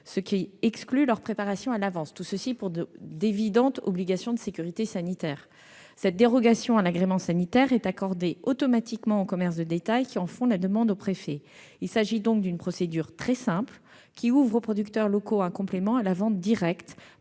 ce qui exclut leur préparation à l'avance, pour d'évidentes obligations de sécurité sanitaire. Cette dérogation à l'agrément sanitaire est accordée automatiquement aux commerces de détail qui en font la demande au préfet. Il s'agit donc d'une procédure très simple, qui ouvre aux producteurs locaux un complément à la vente directe